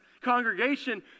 congregation